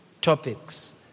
topics